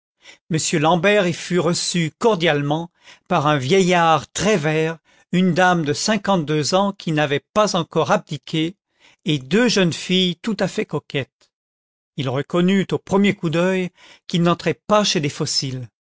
m l'ambert y fut reçu cordialement par un vieillard très vert une dame de cinquantedeux ans qui n'avait pas encore abdiqué et deux jeunes filles tout à fait coquettes il reconnut au premier coup d'œil qu'il n'entrait pas chez des fossiles